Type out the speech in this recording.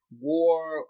war